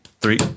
three